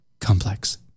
complex